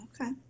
Okay